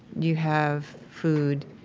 you have food,